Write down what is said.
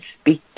speak